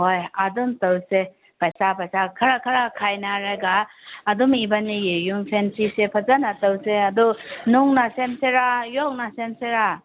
ꯍꯣꯏ ꯑꯗꯨꯝ ꯇꯧꯁꯦ ꯄꯩꯁꯥ ꯄꯩꯁꯥ ꯈꯔ ꯈꯔ ꯈꯥꯏꯅꯔꯒ ꯑꯗꯨꯝ ꯏꯕꯥꯅꯤꯒꯤ ꯌꯨꯝ ꯐꯦꯟꯁꯤꯡꯁꯦ ꯐꯖꯅ ꯇꯧꯁꯦ ꯑꯗꯨ ꯅꯨꯡꯅ ꯁꯦꯝꯁꯤꯔꯥ ꯌꯣꯠꯅ ꯁꯦꯝꯁꯤꯔꯥ